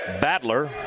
Battler